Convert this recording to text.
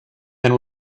and